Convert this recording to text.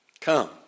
come